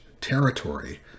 territory